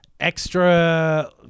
Extra